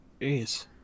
Jeez